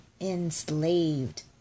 enslaved